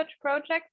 project